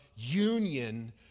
Union